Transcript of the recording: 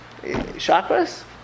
Chakras